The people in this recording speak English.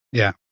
yeah.